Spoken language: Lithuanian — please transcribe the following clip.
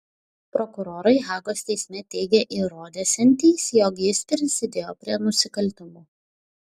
prokurorai hagos teisme teigė įrodysiantys jog jis prisidėjo prie nusikaltimų